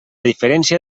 diferència